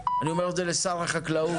אני אומר את זה לשר החקלאות,